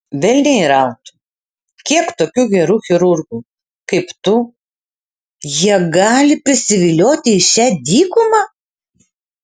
velniai rautų kiek tokių gerų chirurgų kaip tu jie gali prisivilioti į šią dykumą